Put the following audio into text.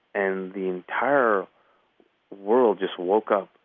and the entire world just woke up,